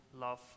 love